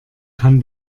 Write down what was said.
kann